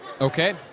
Okay